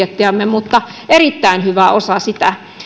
meidän varjobudjettiamme mutta erittäin hyvä osa sitä